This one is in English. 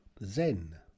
Zen